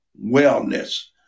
wellness